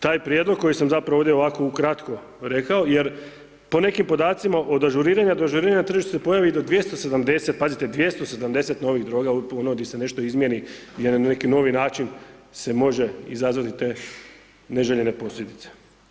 Taj prijedlog koji sam zapravo ovdje ukratko rekao, jer po nekim podacima od ažuriranja do ažuriranja na tržištu se pojavi i do 270, pazite 270 novih droga ono di se nešto izmjeni, je na neki novi način se može izazvati te neželjene posljedice.